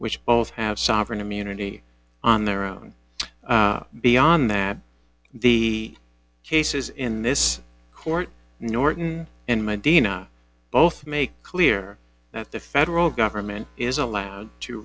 which both have sovereign immunity on their own beyond that the cases in this court norton and my dana both make clear that the federal government is allowed to